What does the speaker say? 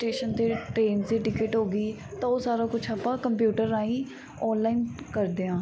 station 'ਤੇ trains ਦੀ ticket ਹੋ ਗਈ ਤਾਂ ਉਹ ਸਾਰਾ ਕੁਛ ਆਪਾਂ ਕੰਪਿਊਟਰ ਰਾਹੀਂ ਔਨਲਾਈਨ ਕਰਦੇ ਹਾਂ